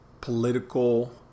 political